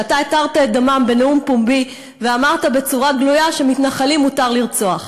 שאתה התרת את דמם בנאום פומבי ואמרת בצורה גלויה שמתנחלים מותר לרצוח.